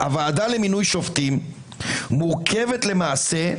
הממשלה, הוועדה למינוי שופטים מורכבת למעשה,